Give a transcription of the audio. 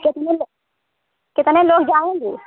कितने लोग कितने लोग जाएंगे